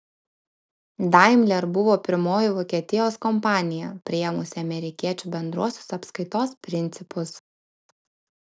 daimler buvo pirmoji vokietijos kompanija priėmusi amerikiečių bendruosius apskaitos principus